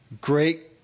great